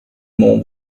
more